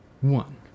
one